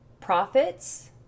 profits